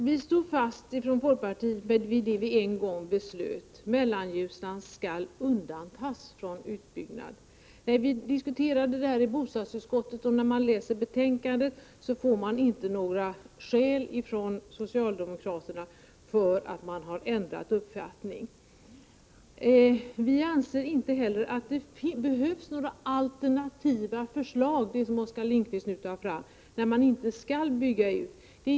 Herr talman! Vi i folkpartiet står fast vid det vi en gång beslöt: Mellanljusnan skall undantas från utbyggnad. När vi diskuterade detta i bostadsutskottet fick vi inte några skäl från socialdemokraterna, varför de hade ändrat uppfattning, och några skäl ges inte heller i betänkandet. Vi anser inte heller att det behövs några alternativa förslag — någonting som Oskar Lindkvist nu tar fram — när man inte skall bygga ut.